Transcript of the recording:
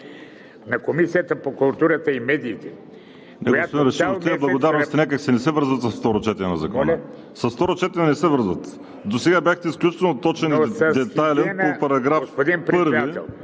на Комисията по културата и медиите